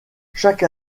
chaque